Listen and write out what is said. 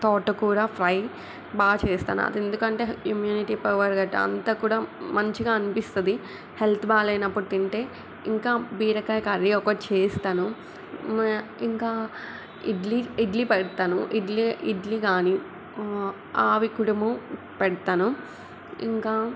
తోటకూర ఫ్రై బాగా చేస్తాను అదెందుకంటే ఇమ్యూనిటీ పవర్ గట్టా అంతా కూడా మంచిగా అనిపిస్తుంది హెల్త్ బాగాలేనప్పుడు తింటే ఇంకా బీరకాయ కర్రీ ఒకటి చేస్తాను ఇంకా ఇడ్లీ ఇడ్లీ పెడతాను ఇడ్లీ ఇడ్లీ గానీ ఆవిరికుడుము పెడతాను ఇంకా